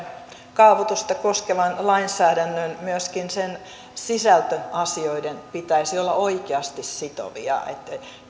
kaavoitusta koskevan lainsäädännön myöskin sen sisältöasioiden pitäisi olla oikeasti sitovia